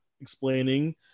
explaining